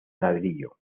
ladrillo